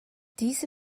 diese